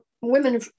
women